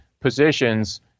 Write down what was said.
positions